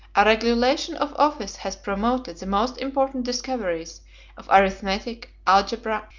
a regulation of office has promoted the most important discoveries of arithmetic, algebra,